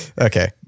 Okay